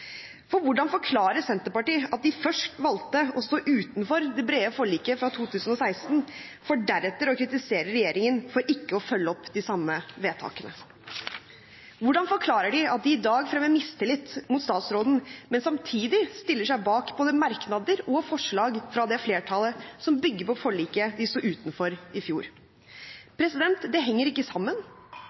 For hvordan forklarer Senterpartiet at de først valgte å stå utenfor det brede forliket fra 2016, for deretter å kritisere regjeringen for ikke å følge opp de samme vedtakene? Hvordan forklarer de at de i dag fremmer mistillit mot statsråden, men samtidig stiller seg bak både merknader og forslag fra det flertallet som bygger på forliket de sto utenfor i fjor? Det henger ikke sammen,